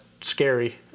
scary